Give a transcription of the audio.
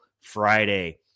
Friday